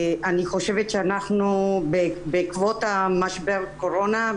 אני חושבת שאנחנו בעקבות משבר קורונה,